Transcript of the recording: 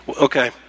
Okay